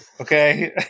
Okay